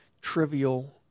trivial